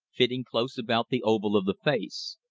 fitting close about the oval of the face.